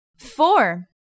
Four